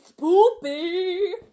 spoopy